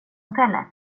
hotellet